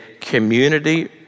community